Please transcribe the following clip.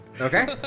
Okay